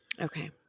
Okay